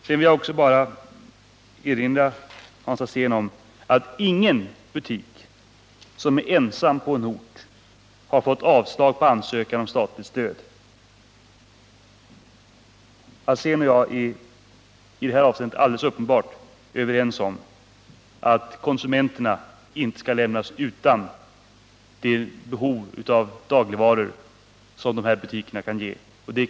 Sedan vill jag också erinra Hans Alsén om att ingen butik i inre stödområdet som är ensam på en ort har fått avslag på sin ansökan om statligt stöd. Hans Alsén och jag är helt uppenbart överens om att konsumenterna inte skall lämnas utan möjligheter att tillgodose sitt behov av de dagligvaror som de aktuella butikerna kan förse dem med.